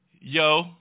yo